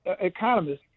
economists